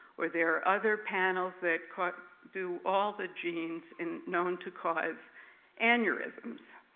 or there are other panels that caught do all the genes in known to cause aneurysms.